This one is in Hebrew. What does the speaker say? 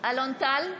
אלון טל,